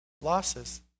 Losses